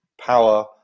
power